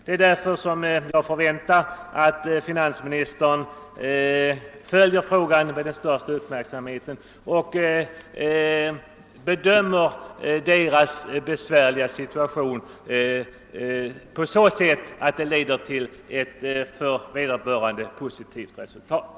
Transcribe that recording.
Det är därför som jag förmenar att finansministern bör följa frågan med största uppmärksamhet och bedöma de berörda jordbrukarnas besvärliga situation på ett sådant sätt att det leder till ett för vederbörande positivt resultat.